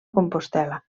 compostel·la